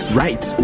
right